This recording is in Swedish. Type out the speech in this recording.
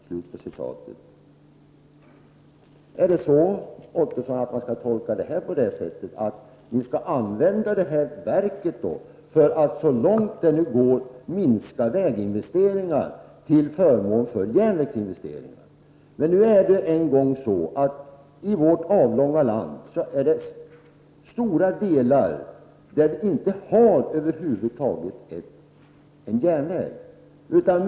Skall detta, Roy Ottosson, tolkas så, att vi skall använda detta verk för att så långt det går minska väginvesteringar till förmån för järnvägsinvesteringar? I vårt avlånga land finns det stora delar där vi över huvud taget inte har någon järnväg.